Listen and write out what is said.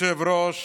אדוני היושב-ראש,